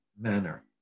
manner